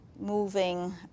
moving